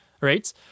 right